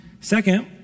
Second